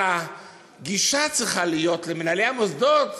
אבל הגישה למנהלי המוסדות